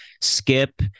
Skip